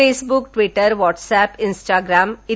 Facebook Twitter WhatsApp Instagram e